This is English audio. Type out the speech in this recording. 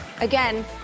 again